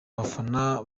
bafana